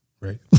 Right